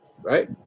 right